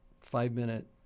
five-minute